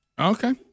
Okay